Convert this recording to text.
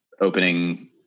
opening